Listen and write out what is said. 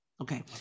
Okay